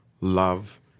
love